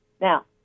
Now